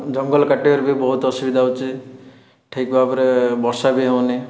ଜଙ୍ଗଲ କାଟିବାରୁ ବି ବହୁତ ଅସୁବିଧା ହେଉଛି ଠିକ୍ ଭାବରେ ବର୍ଷା ବି ହେଉ ନାଇଁ